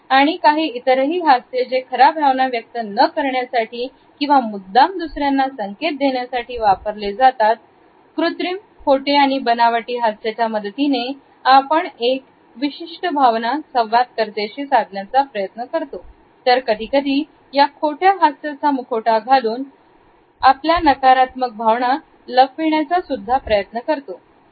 आणि काही इतरही हास्य जे खऱ्या भावना व्यक्त न करण्यासाठी किंवा मुद्दाम दुसऱ्यांना संकेत देण्यासाठी वापरले जातात कृत्रिम खोटे आणि बनावटी हास्य्याच्या मदतीने आपण एक एक विशिष्ट भावना संवाद कर्त्यां शी साधण्याचा प्रयत्न करतो तर कधीकधी या खोट्या हास्याचा मुखवटा घालून आपल्या नकारात्मक भावना लपविण्याचा प्रयत्न करतो